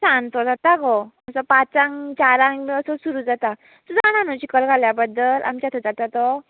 सांचो जाता गो असो पांचांक चारांक असो सुरू जाता तूं जाणा न्हू चिकलकाल्या बद्दल आमचे थंय जाता तो